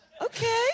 Okay